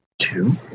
Two